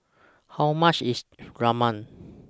How much IS Rajma